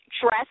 dress